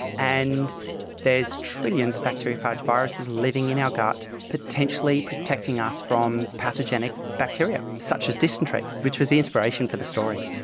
and there's trillions of bacteriophage viruses living in our gut, potentially protecting us from pathogenic bacteria such as dysentery, which was the inspiration for the story.